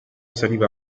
saliva